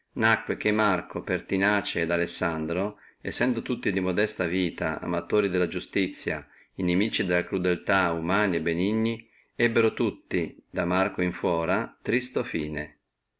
nacque che marco pertinace et alessandro sendo tutti di modesta vita amatori della iustizia nimici della crudeltà umani e benigni ebbono tutti da marco in fuora tristo fine